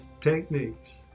techniques